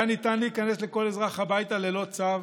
היה ניתן להיכנס לכל אזרח הביתה ללא צו,